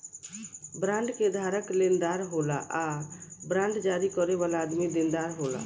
bond के धारक लेनदार होला आ बांड जारी करे वाला आदमी देनदार होला